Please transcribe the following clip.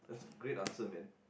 great answer man